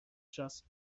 just